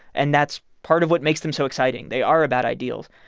and that's part of what makes them so exciting. they are about ideals.